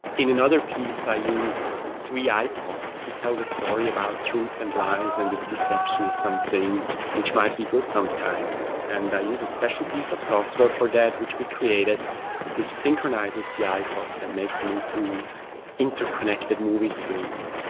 in another piece i use three ipods to tell the story about truth and lies and if deception is something which might be good sometimes. and i use a special piece of software for that which we created which synchronises the ipods and makes them into interconnected movie screens.